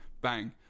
bang